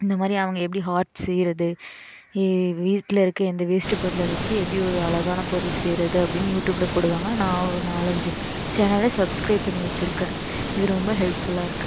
இந்த மாதிரி அவங்க எப்படி ஆர்ட்ஸ் செய்கிறது வீட்டில இருக்க எந்த வேஸ்ட் பொருளை வச்சு எப்படி ஒரு அழகான பொருள் செய்கிறது அப்படின்னு யூடியூப்புல போடுவாங்க நான் ஒரு நாலஞ்சி சேனலை சப்ஸ்கிரைப் பண்ணி வச்சிருக்கேன் இது ரொம்ப ஹெல்ப் ஃபுல்லாக இருக்குது